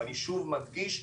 ואני שוב מדגיש,